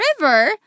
river